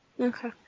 okay